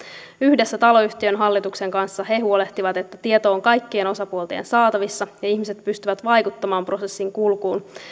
yhdessä taloyhtiön hallituksen kanssa he huolehtivat että tieto on kaikkien osapuolten saatavilla ja ihmiset pystyvät vaikuttamaan prosessin kulkuun